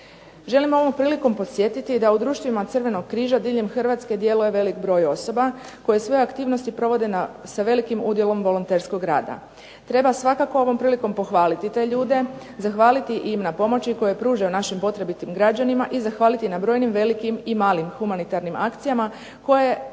Želim ovom prilikom podsjetiti da u društvima Crvenog križa diljem Hrvatske djeluje velik broj osoba koje svoje aktivnosti provode sa veliki udjelom volonterskog rada. Treba svakako ovom prilikom pohvaliti te ljude, zahvaliti im na pomoći koju pružaju našim potrebitim građanima i zahvaliti na brojnim velikim i malim humanitarnim akcijama kojima